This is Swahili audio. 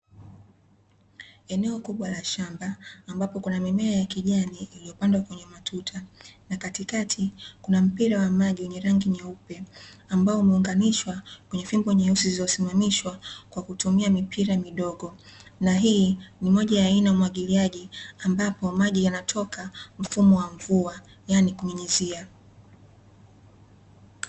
Eneo kubwa la shamba ambapo kuna mimea ya kijani iliyopandwa kwenye matuta, na katikati kuna mpira wa maji wenye rangi nyeupe ambao umeunganishwa kwenye fimbo nyeusi zilizosimamishwa kwa kutumia mipira midogo, na hii ni moja ya aina wa mwagiliaji ambapo maji yanatoka mfumo wa mvua yaani kunyunyuzia.